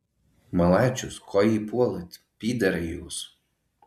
malačius ko jį puolat pyderai jūs